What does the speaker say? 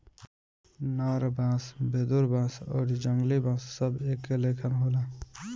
नर बांस, वेदुर बांस आउरी जंगली बांस सब एके लेखन होला